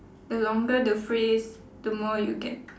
the longer the phrase the more you get